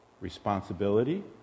responsibility